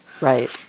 Right